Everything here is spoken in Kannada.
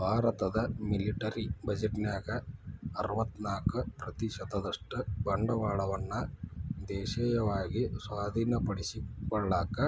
ಭಾರತದ ಮಿಲಿಟರಿ ಬಜೆಟ್ನ್ಯಾಗ ಅರವತ್ತ್ನಾಕ ಪ್ರತಿಶತದಷ್ಟ ಬಂಡವಾಳವನ್ನ ದೇಶೇಯವಾಗಿ ಸ್ವಾಧೇನಪಡಿಸಿಕೊಳ್ಳಕ